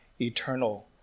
eternal